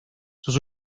sus